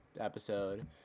episode